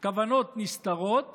כוונות נסתרות